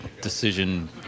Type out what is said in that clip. decision